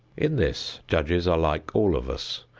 in this judges are like all of us.